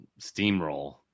steamroll